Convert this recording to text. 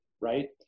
right